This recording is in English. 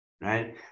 Right